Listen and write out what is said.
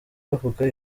bavuga